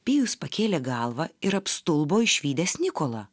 pijus pakėlė galvą ir apstulbo išvydęs nikolą